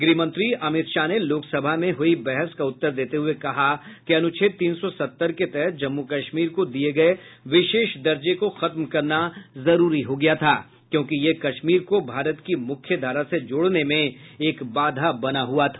गृहमंत्री अमित शाह ने लोकसभा में हुई बहस का उत्तर देते हुए कहा कि अनुच्छेद तीन सौ सत्तर के तहत जम्मू कश्मीर को दिए गए विशेष दर्जे को खत्म करना जरूरी हो गया था क्योंकि यह कश्मीर को भारत की मुख्यधारा से जोड़ने में एक बाधा बना हुआ था